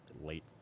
late